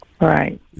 Right